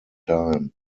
time